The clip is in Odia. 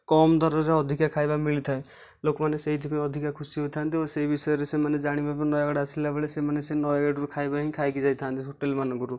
କମ ଦରରେ ଅଧିକା ଖାଇବା ମିଳିଥାଏ ଲୋକ ମାନେ ସେଇଥିପାଇଁ ଅଧିକା ଖୁସି ହୋଇଥାନ୍ତି ଓ ସେ ବିଷୟରେ ସେମାନେ ଜାଣିବାକୁ ନୟାଗଡ଼ ଆସିଲା ବେଳେ ସେମାନେ ସେଇ ନୟାଗଡ଼ରୁ ଖାଇବା ଖାଇକି ଯାଇଥାନ୍ତି ସେ ହୋଟେଲ ମାନଙ୍କରୁ